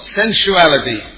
sensuality